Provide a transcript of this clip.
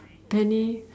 penny